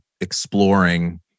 exploring